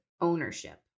ownership